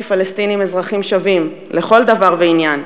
פלסטינים אזרחים שווים לכל דבר ועניין,